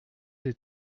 les